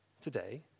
today